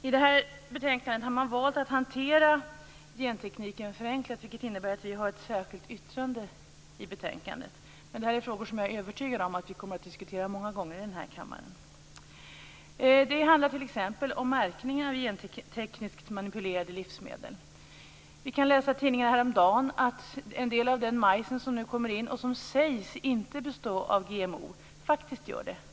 I det här betänkandet har man valt att hantera gentekniken på ett förenklat sätt, vilket innebär att vi i Miljöpartiet har ett särskilt yttrande. Jag är övertygad om att vi kommer att diskutera de här frågorna många gånger i denna kammare. Det handlar t.ex. om märkning av gentekniskt manipulerade livsmedel. Vi kunde häromdagen läsa i tidningarna att en del av den majs som nu kommer in i landet och som det sägs inte består av GMO faktiskt gör det.